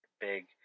big